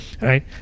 Right